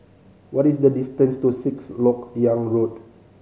what is the distance to Sixth Lok Yang Road